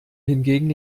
hingegen